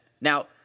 Now